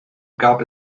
gab